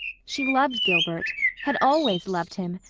she loved gilbert had always loved him!